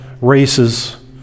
races